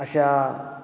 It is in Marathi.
अशा